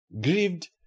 Grieved